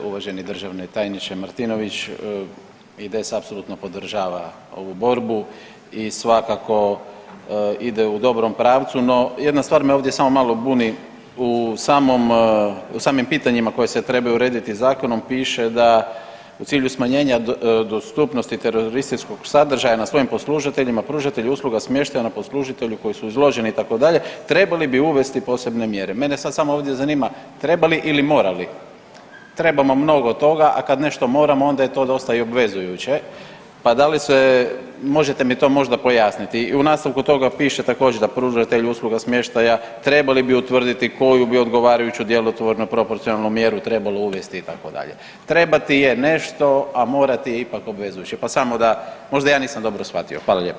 Uvaženi državni tajniče Martinović, IDS apsolutno podržava ovu borbu i svakako ide u dobrom pravcu, no jedna stvar me ovdje samo malo buni u samom, u samim pitanjima koja se trebaju urediti zakonom piše da u cilju smanjenja dostupnosti terorističkog sadržaja na svojim poslužiteljima pružatelji usluga smještaja na poslužitelju koji su izloženi itd. trebali bi uvesti posebne mjere, mene sad samo ovdje zanima treba li ili mora li, trebamo mnogo toga, a kad nešto moramo onda je to dosta i obvezujuće, pa da li se, možete mi to možda pojasniti i u nastavku toga piše također da pružatelji usluga smještaja trebali bi utvrditi koju bi odgovarajuću djelotvornu proporcionalnu mjeru trebalo uvesti itd., trebati je nešto, a morati je ipak obvezujuće, pa samo da, možda ja nisam dobro shvatio, hvala lijepo.